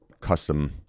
custom